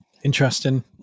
interesting